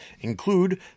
include